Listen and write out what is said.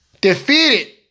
Defeated